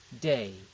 day